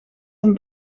een